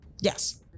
Yes